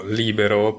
libero